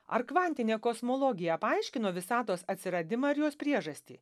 ar kvantinė kosmologija paaiškino visatos atsiradimą ir jos priežastį